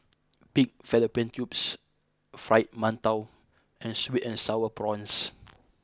Pig Fallopian Tubes Fried Mantou and Sweet and Sour Prawns